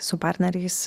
su partneriais